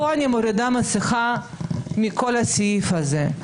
כאן אני מורידה מסכה מכל הסעיף הזה.